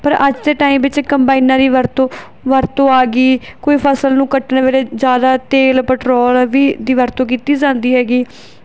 ਪਰ ਅੱਜ ਦੇ ਟਾਈਮ ਵਿੱਚ ਕੰਬਾਈਨਾਂ ਦੀ ਵਰਤੋਂ ਵਰਤੋਂ ਆ ਗਈ ਕੋਈ ਫਸਲ ਨੂੰ ਕੱਟਣ ਵੇਲੇ ਜ਼ਿਆਦਾ ਤੇਲ ਪਟਰੋਲ ਵੀ ਦੀ ਵਰਤੋਂ ਕੀਤੀ ਜਾਂਦੀ ਹੈਗੀ